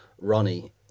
Ronnie